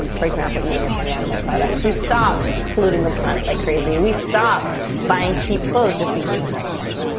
for example, eating as many animal products. we stop polluting the planet like crazy and we stop buying cheap clothes just because of the price tag